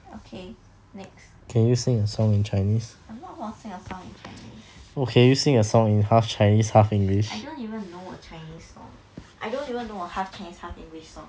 okay next I'm not going to sing a song in chinese I don't even know what chinese song I don't even know a half chinese half english song